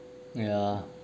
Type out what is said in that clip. yeah